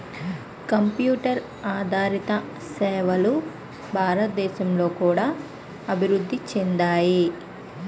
computer ఆదారిత సేవలు భారతదేశంలో కూడా అభివృద్ధి చెందాయి